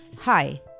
Hi